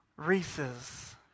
Reese's